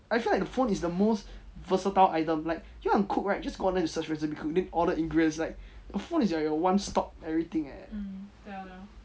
I feel like the phone is the most versatile item like you want to cook right just go and search recipe and cook then order ingredients like your phone it's like a one stop everything eh